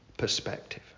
Perspective